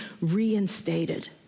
reinstated